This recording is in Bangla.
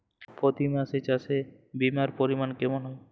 প্রতি বিঘা চাষে বিমার পরিমান কেমন হয়?